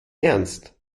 ernst